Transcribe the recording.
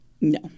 No